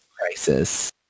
crisis